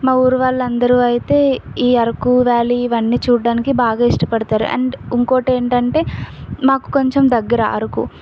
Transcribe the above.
మా ఊరు వాళ్ళందరూ అయితే ఈ అరకు వ్యాలీ ఇవన్నీ చూడటానికి బాగా ఇష్టపడతారు అండ్ ఇంకోటేంటంటే మాకు కొంచెం దగ్గర అరకు